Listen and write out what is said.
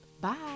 Bye